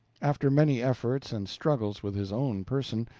after many efforts and struggles with his own person,